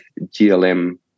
GLM